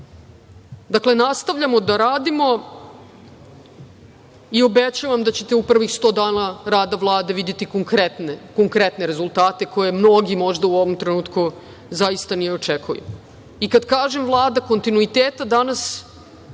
nastavljamo da radimo i obećavam da ćete u prvih sto dana rada Vlade videti konkretne rezultate koje mnogi možda u ovom trenutku zaista ne očekuju. Kada kažem vlada kontinuiteta,